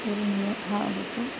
हा तो